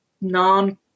non